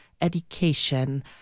education